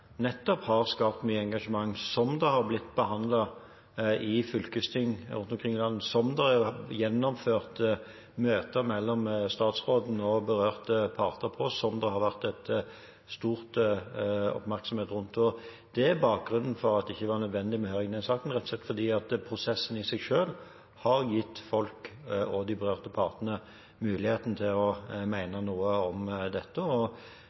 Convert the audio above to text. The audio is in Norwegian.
nettopp har skapt mye engasjement, som har blitt behandlet i fylkesting rundt omkring i landet, der det har blitt gjennomført møter mellom statsråden og berørte parter, og som det har vært stor oppmerksomhet rundt. Det er bakgrunnen for at det ikke var nødvendig med høring i denne saken, rett og slett fordi prosessen i seg selv har gitt folk og de berørte partene muligheten til å mene noe om dette.